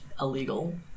illegal